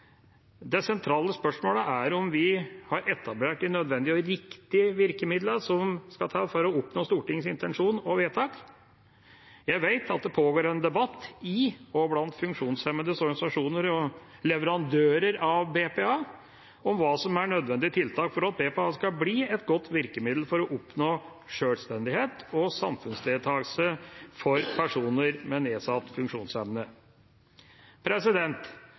sentrale spørsmålet er om vi har etablert de nødvendige og riktige virkemidlene som skal til for å oppnå Stortingets intensjon og vedtak. Jeg vet at det pågår en debatt i og blant funksjonshemmedes organisasjoner og leverandører av BPA om hva som er nødvendige tiltak for at BPA skal bli et godt virkemiddel for å oppnå sjølstendighet og samfunnsdeltakelse for personer med nedsatt funksjonsevne.